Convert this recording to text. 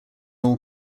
all